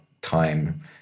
time